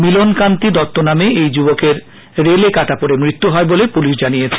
মিলন কান্তি দত্ত নামে ওই যুবকের রেলে কাটা পড়ে মৃত্যু হয় বলে পুলিশ জানিয়েছে